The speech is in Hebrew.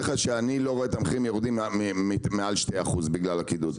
לך שאני לא רואה שהמחירים לא ירדו מעבר לשני אחוזים בגלל הקידוד,